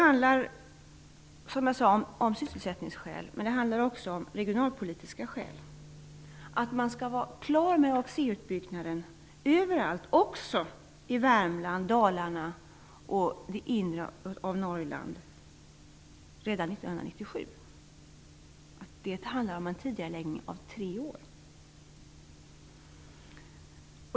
Av sysselsättningsskäl, men också regionalpolitiska skäl, bör man vara klar med AXE-utbyggnaden överallt redan år 1997. Det gäller också Värmland, Dalarna och det inre av Norrland. Det är fråga om en tidigareläggning om tre år.